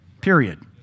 Period